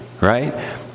Right